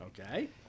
Okay